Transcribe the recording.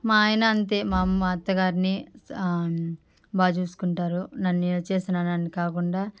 మా ఆయన అంతే మా అమ్మ అత్తగారిని బాగా చూసుకుంటారు నన్ని నేనొచ్చేసినానని కాకుండా